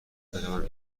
بروم